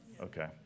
Okay